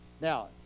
Now